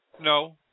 No